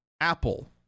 Apple